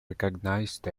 recognized